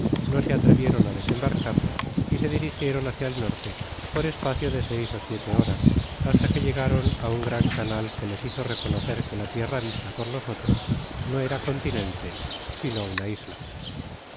no se atrevieron á desembarcar y se dirigieron hácia el norte por espacio de seis ó siete horas hasta que llegaron á un gran canal que les hizo reconocer que ja tierra vista por nosotros no era continente sino hna isla